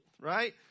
right